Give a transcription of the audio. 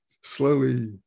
slowly